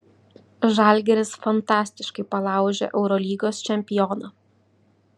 žalgiris fantastiškai palaužė eurolygos čempioną